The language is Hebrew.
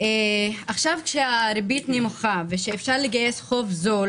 עכשיו כשהריבית נמוכה ושאפשר לגייס חוב זול